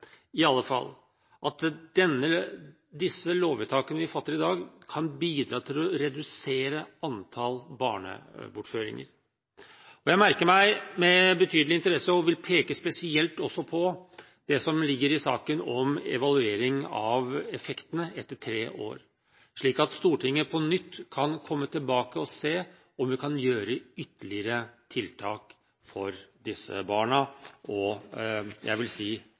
lovvedtakene vi fatter i dag, bidra til å redusere antall barnebortføringer. Jeg merker meg med betydelig interesse og vil også peke spesielt på det som ligger i saken om evaluering av effektene etter tre år, slik at Stortinget på nytt kan komme tilbake og se om vi kan iverksette ytterligere tiltak for disse barna og – jeg vil si